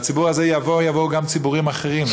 והציבור הזה יבוא, ויבואו גם ציבורים אחרים.